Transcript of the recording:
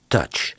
Touch